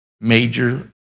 major